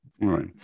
right